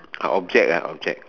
a object lah object